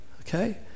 Okay